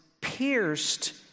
pierced